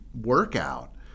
workout